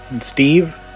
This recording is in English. Steve